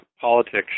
politics